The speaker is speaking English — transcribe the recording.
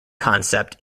concept